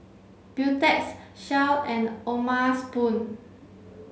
Beautex Shell and O'ma spoon